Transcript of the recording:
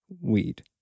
weed